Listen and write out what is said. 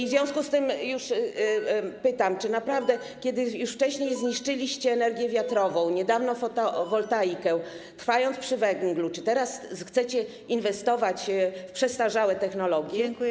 W związku z tym pytam, czy naprawdę - kiedy już wcześniej zniszczyliście energię wiatrową, niedawno fotowoltaikę, trwając przy węglu - teraz zechcecie inwestować w przestarzałe technologie.